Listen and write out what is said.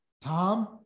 Tom